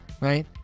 Right